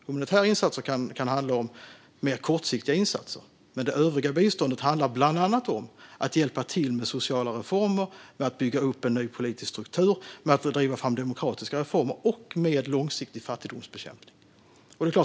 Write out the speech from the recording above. Humanitära insatser kan handla om mer kortsiktiga insatser, men det övriga biståndet handlar bland annat om att hjälpa till med sociala reformer, att bygga upp en ny politisk struktur, att driva fram demokratiska reformer och långsiktig fattigdomsbekämpning.